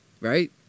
right